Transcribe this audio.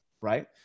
right